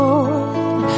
Lord